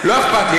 לא אכפת לי.